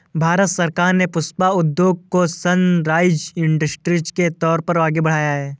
भारत सरकार ने पुष्प उद्योग को सनराइज इंडस्ट्री के तौर पर आगे बढ़ाया है